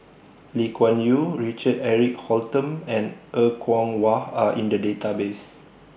Lee Kuan Yew Richard Eric Holttum and Er Kwong Wah Are in The Database